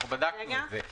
אנחנו בדקנו את זה.